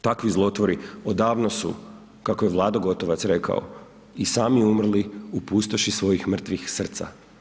Takvi zlotvori odavno su, kako je Vlado Gotovac rekao i sami umrli u pustoši svojih mrtvih srca.